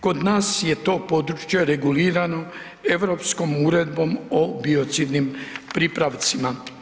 Kod nas je to područje regulirano europskom Uredbom o biocidnim pripravcima.